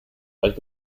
are